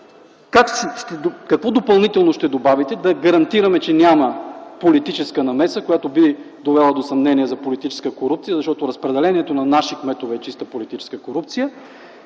допълнително, за да гарантираме, че няма политическа намеса, която би довела до съмнение за политическа корупция? Защото разпределението на „наши” кметове е чиста политическа корупция.